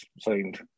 signed